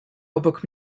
obok